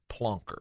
plonker